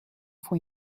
fue